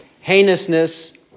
heinousness